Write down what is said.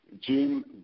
Jim